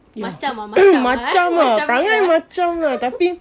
macam ah macam ah macam maid eh